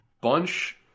bunch